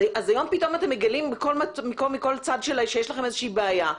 היום פתאום אתם מגלים מכל צד שלה שיש להם איזושהי בעיה,